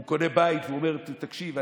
הוא קונה בית ואומר: תקשיב,